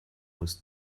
muss